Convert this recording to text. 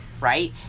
right